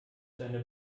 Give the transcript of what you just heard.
seine